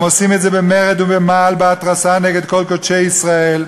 הם עושים את זה במרד ובמעל בהתרסה נגד כל קודשי ישראל,